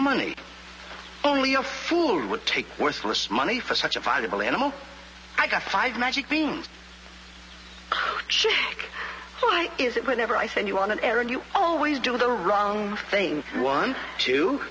money only a fool would take worthless money for such a valuable animal i got five magic beans why is it whenever i send you on an errand you always do the wrong thing one two